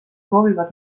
soovivad